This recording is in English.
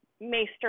Maester